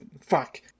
Fuck